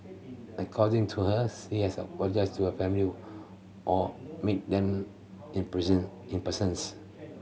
according to her apologised to her family were or meet them in in persons